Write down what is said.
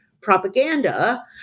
propaganda